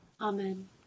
Amen